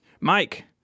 Mike